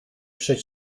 przed